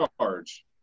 charge